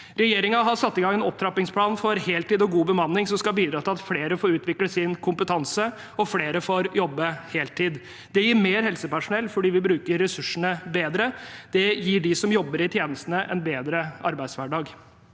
Regjeringen har satt i gang en opptrappingsplan for heltid og god bemanning som skal bidra til at flere får utvikle sin kompetanse, og at flere får jobbe heltid. Det gir mer helsepersonell fordi vi bruker ressursene bedre, og det gir dem som jobber i tjenestene, en bedre arbeidshverdag.